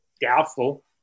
Doubtful